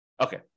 Okay